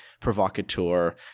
provocateur